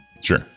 Sure